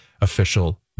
official